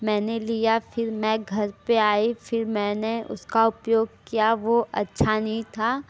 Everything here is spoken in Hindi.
मैंने लिया फिर मैं घर पर आई फिर मैंने उसका उपयोग किया वह अच्छा नहीं था